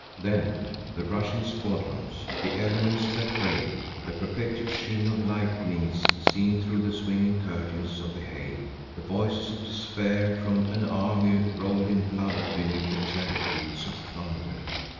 then the rushing squadrons, the elements that raved, the perpetual sheen of lightnings seen through the swinging curtains of the hail the voices of despair from an army rolled in blood beneath the chariot wheels of thunder.